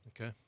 Okay